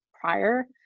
prior